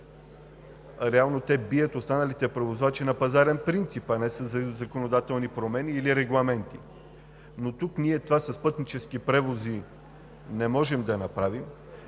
Реално те бият останалите превозвачи на пазарен принцип, а не със законодателни промени или регламенти, но тук ние това с „Пътнически превози“ не можем да направим.